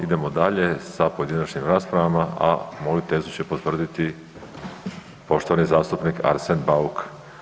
Idemo dalje s pojedinačnim raspravama, a moju tezu će potvrditi poštovani zastupnik Arsen Bauk.